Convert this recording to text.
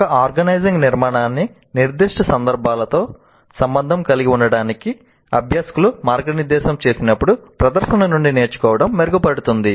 ఒక ఆర్గనైజింగ్ నిర్మాణాన్ని నిర్దిష్ట సందర్భాలతో సంబంధం కలిగి ఉండటానికి అభ్యాసకులు మార్గనిర్దేశం చేసినప్పుడు ప్రదర్శన నుండి నేర్చుకోవడం మెరుగుపడుతుంది